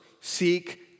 Seek